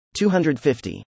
250